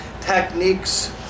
Techniques